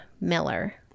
Miller